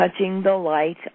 touchingthelight